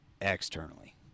externally